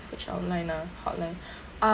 which outline ah hotline uh